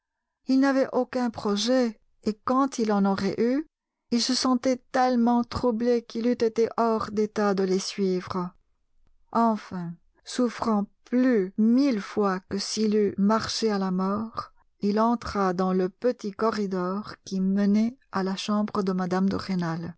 il n'avait aucun projet et quand il en aurait eu il se sentait tellement troublé qu'il eût été hors d'état de les suivre enfin souffrant plus mille fois que s'il eût marché à la mort il entra dans le petit corridor qui menait à la chambre de mme